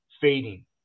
fading